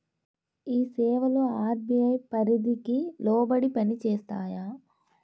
ఈ సేవలు అర్.బీ.ఐ పరిధికి లోబడి పని చేస్తాయా?